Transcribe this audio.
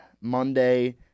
Monday